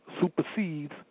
supersedes